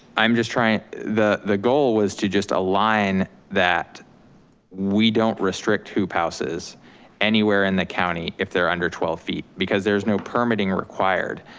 i'm just trying, the the goal was to just align that we don't restrict hoop houses anywhere in the county if they're under twelve feet because there's no permitting required.